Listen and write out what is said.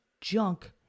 junk